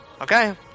Okay